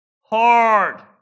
hard